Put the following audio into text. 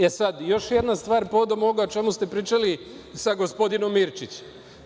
Još jedna stvar povodom ovoga o čemu ste pričali sa gospodinom Mirčićem.